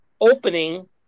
opening